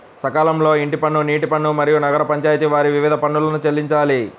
సకాలంలో ఇంటి పన్ను, నీటి పన్ను, మరియు నగర పంచాయితి వారి వివిధ పన్నులను చెల్లించాలి